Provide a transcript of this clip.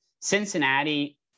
Cincinnati